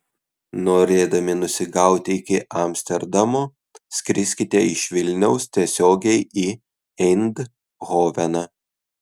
norėdami nusigauti iki amsterdamo skriskite iš vilniaus tiesiogiai į eindhoveną